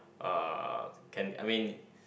uh can I mean